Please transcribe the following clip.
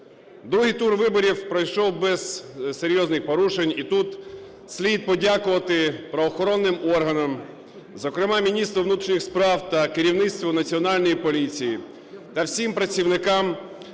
Другий тур виборів пройшов без серйозних порушень і тут слід подякувати правоохоронним органам, зокрема міністру внутрішніх справ та керівництву Національної поліції, та всім працівникам